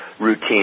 routine